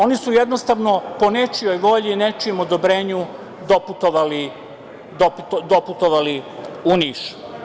Oni su jednostavno, po nečijoj volji, nečijem odobrenju doputovali u Niš.